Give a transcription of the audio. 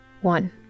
One